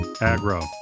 Agro